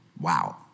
Wow